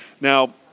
Now